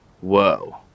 Whoa